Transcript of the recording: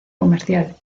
comercial